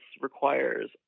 requires